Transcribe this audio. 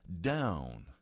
down